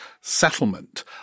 settlement